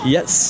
Yes